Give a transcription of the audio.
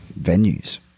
venues